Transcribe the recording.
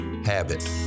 Habit